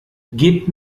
gebt